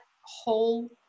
whole